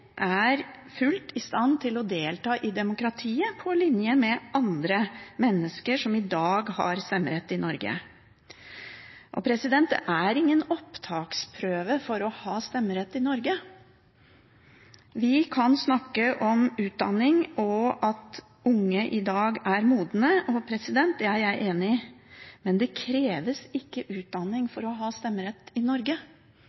er fullt i stand til å delta i demokratiet på linje med andre mennesker som i dag har stemmerett i Norge. Det er ingen opptaksprøve for å ha stemmerett i Norge. Vi kan snakke om utdanning og at unge i dag er modne – det er jeg enig i – men det kreves ikke utdanning